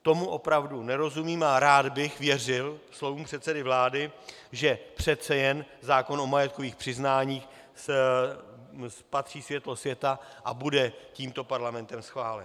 Tomu opravdu nerozumím a rád bych věřil slovům předsedy vlády, že přece jen zákon o majetkových přiznáních spatří světlo světa a bude tímto parlamentem schválen.